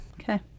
Okay